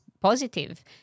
positive